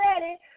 ready